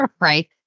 right